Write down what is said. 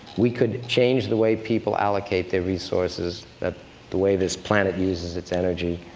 we could change the way people allocate their resources, the the way this planet uses its energy,